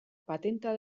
patenta